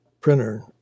printer